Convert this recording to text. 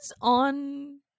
on